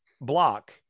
block